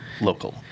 local